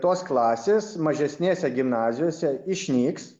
tos klasės mažesnėse gimnazijose išnyks